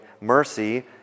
mercy